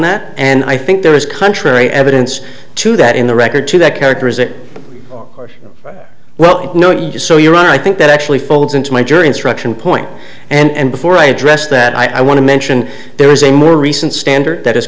that and i think there is contrary evidence to that in the record to that character is it well you know you so you're right i think that actually folds into my jury instruction point and before i address that i want to mention there is a more recent standard that has